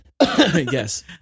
Yes